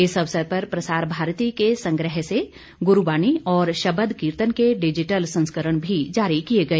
इस अवसर पर प्रसार भारती के संग्रह से गुरूबानी और शबद कीर्तन के डिजिटल संस्करण भी जारी किए गए